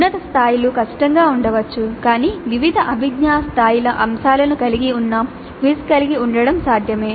ఉన్నత స్థాయిలు కష్టంగా ఉండవచ్చు కానీ వివిధ అభిజ్ఞా స్థాయిల అంశాలను కలిగి ఉన్న క్విజ్ కలిగి ఉండటం సాధ్యమే